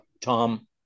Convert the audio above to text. Tom